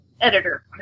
editor